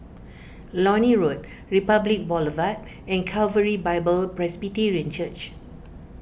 Lornie Road Republic Boulevard and Calvary Bible Presbyterian Church